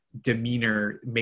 demeanor